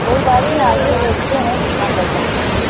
कोई बात नहीं आइए देखते हैं कितना कर सकते हैं